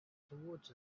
towards